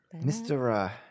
Mr